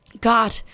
God